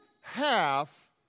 half